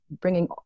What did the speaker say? bringing